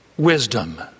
Wisdom